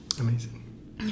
Amazing